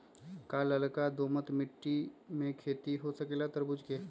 का लालका दोमर मिट्टी में खेती हो सकेला तरबूज के?